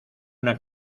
una